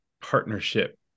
partnership